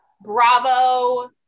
bravo